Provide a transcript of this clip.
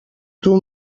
duu